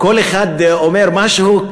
כל אחד אומר משהו,